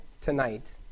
tonight